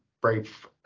brief